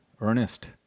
Ernest